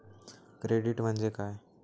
Credit म्हणजे काय?